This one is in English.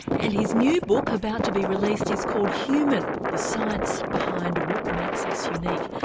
and his new book about to be released is called human the science behind what makes us unique.